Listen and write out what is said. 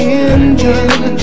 engine